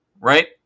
Right